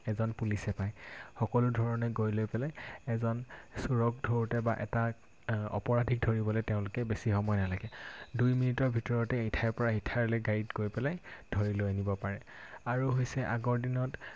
এজন পুলিচে পায় সকলো ধৰণে গৈ লৈ পেলাই এজন চুৰক ধৰোঁতে বা এটা অপৰাধিক ধৰিবলৈ তেওঁলোকে বেছি সময় নালাগে দুই মিনিটৰ ভিতৰতে ইঠাইৰ পৰা সিঠাইলৈ গাড়ীত গৈ পেলাই ধৰি লৈ আনিব পাৰে আৰু হৈছে আগৰ দিনত